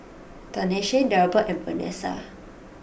Tanesha Delbert and Vanessa